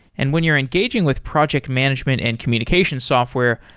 and when you're engaging with project management and communication software,